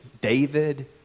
David